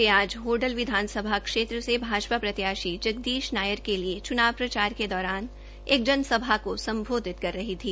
वे आज होडल विधानसभा क्षेत्र से भाजपा प्रत्याशी जगदीश नायर के लिए चूनाव प्रचार के दौरान एक जनसभा को सम्बोधित कर रही थी